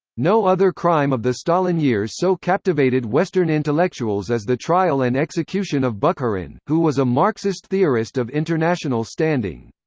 no other crime of the stalin years so captivated western intellectuals as the trial and execution of bukharin, who was a marxist theorist of international standing.